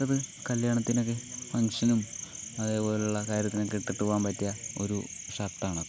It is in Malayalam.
അത് കല്യാണത്തിനൊക്കെ ഫങ്ഷനും അതേപോലുള്ള കാര്യത്തിനൊക്കെ ഇട്ടിട്ട് പോകാൻ പറ്റിയ ഒരു ഷാർട്ടാണത്